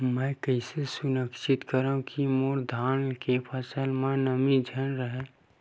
मैं कइसे सुनिश्चित करव कि मोर धान के फसल म नमी झन रहे?